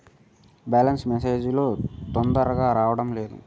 Balance message లు తొందరగా రావడం లేదు?